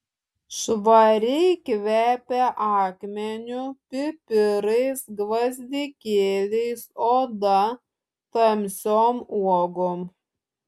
švariai kvepia akmeniu pipirais gvazdikėliais oda tamsiom uogom